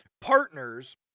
partners